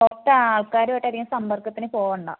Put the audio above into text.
പുറത്ത് ആൾക്കാരുമായിട്ട് അധികം സമ്പർക്കത്തിന് പോകണ്ട